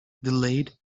delayed